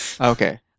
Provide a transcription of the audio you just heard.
Okay